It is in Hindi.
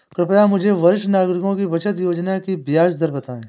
कृपया मुझे वरिष्ठ नागरिकों की बचत योजना की ब्याज दर बताएं